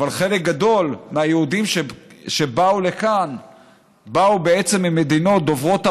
אבל חלק גדול מהיהודים שבאו לכאן באו בעצם ממדינות דוברות ערבית,